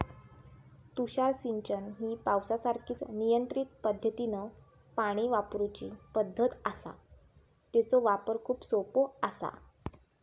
तुषार सिंचन ही पावसासारखीच नियंत्रित पद्धतीनं पाणी वापरूची पद्धत आसा, तेचो वापर खूप सोपो आसा